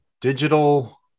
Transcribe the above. digital